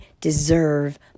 deserve